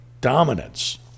dominance